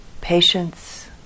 patience